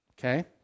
Okay